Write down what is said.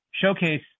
showcase